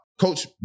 Coach